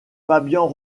fabian